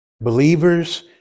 Believers